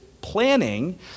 planning